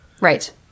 right